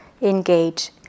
engage